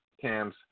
cams